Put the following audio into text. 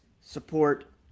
support